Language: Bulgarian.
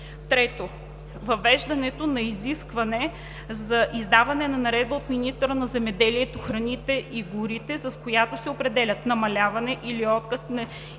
3. Въвеждането на изискване за издаване на наредба на министъра на земеделието, храните и горите, с която се определят намаляване или отказ за изплащане,